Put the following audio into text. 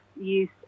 use